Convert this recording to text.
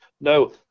No